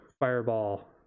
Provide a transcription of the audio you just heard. fireball